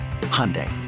Hyundai